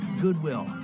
Goodwill